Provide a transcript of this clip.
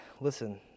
listen